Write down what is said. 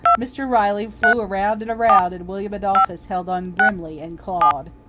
mr. riley flew around and around, and william adolphus held on grimly and clawed.